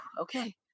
okay